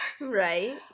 Right